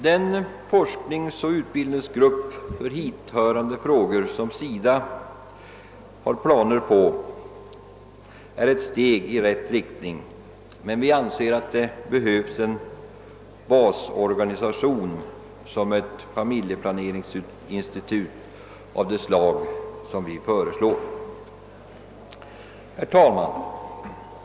Den forskningsoch utbildningsgrupp för hithörande frågor som SIDA har planer på är ett steg i rätt riktning, men vi anser att det behövs en basorganisation som ett familjeplaneringsinstitut av det slag vi föreslår. Herr talman!